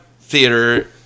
Theater